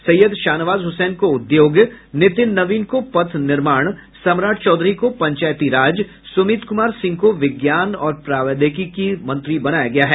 सैयद शाहनवाज हुसैन को उद्योग नितिन नवीन को पथ निर्माण सम्राट चौधरी को पंचायती राज सुमित कुमार सिंह को विज्ञान और प्रावैधिकी मंत्री बनाया गया है